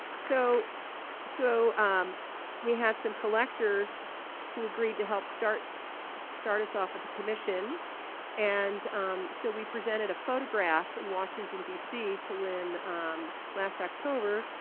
so so we had some collectors who agreed to help start start us off with the commission and so we presented a photograph in washington, d c. to lynn last october,